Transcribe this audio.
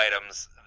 items